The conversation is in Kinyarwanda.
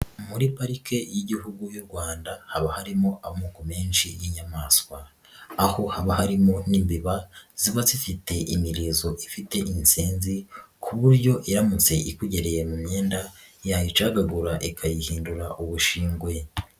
Muri pariki y'Igihugu y'u Rwanda haba harimo amoko menshi y'inyamaswa aho haba harimo n'imbeba ziba zifite imirizo ifite insenzi ku buryo iramutse ikugereye mu myenda yayicagagura ikayihindura ubushyingwe.